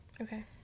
Okay